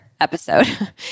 episode